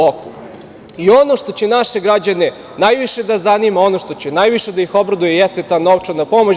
Ono što će naše građane najviše da zanima, ono što će najviše da ih obraduje jeste ta novčana pomoć.